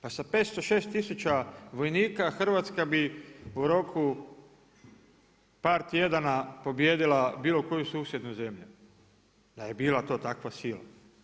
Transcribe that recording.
Pa sa 506 tisuća vojnika Hrvatska bi u roku par tjedana pobijedila bilo koju susjednu zemlju da je bila to takva sila.